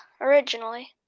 originally